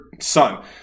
son